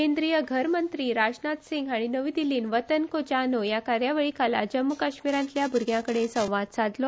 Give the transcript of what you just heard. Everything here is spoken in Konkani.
केंद्रीय घरमंत्री राजनाथ सिंग हाणी नवी दिल्लीत वतन को जानो ह्या कार्यावळीखाला जम्मु आनी काश्मीरातल्या भ्रग्यांकडेन संवाद सादलो